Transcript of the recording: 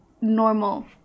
normal